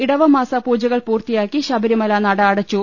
ഇടവമാസ പൂജകൾ പൂർത്തിയാക്കി ശബ്രിമല നട അട ച്ചു